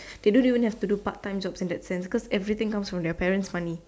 they don't even have to do part time jobs in that sense cause everything comes from their parents' money